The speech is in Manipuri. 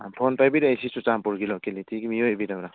ꯑꯥ ꯐꯣꯟ ꯄꯥꯏꯕꯤꯔꯛꯂꯤꯁꯤ ꯆꯨꯔꯥꯆꯥꯟꯄꯨꯔꯒꯤ ꯂꯣꯀꯦꯂꯤꯇꯤꯒꯤ ꯃꯤꯑꯣꯏ ꯑꯣꯏꯕꯤꯔꯕ꯭ꯔ